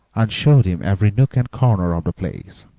and showed him every nook and corner of the place.